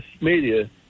media